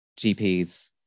gps